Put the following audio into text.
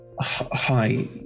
Hi